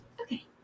Okay